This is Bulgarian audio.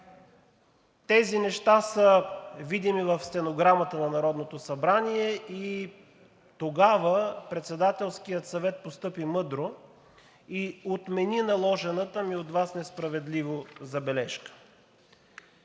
тези неща са видими в стенограмата на Народното събрание. Тогава Председателският съвет постъпи мъдро и отмени наложената ми от Вас несправедливо забележка.